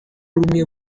rumwe